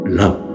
love